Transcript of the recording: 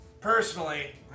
personally